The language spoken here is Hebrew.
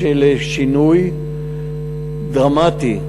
לשינוי דרמטי,